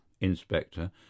Inspector